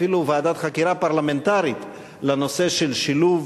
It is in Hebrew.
אפילו ועדת חקירה פרלמנטרית לנושא של שילוב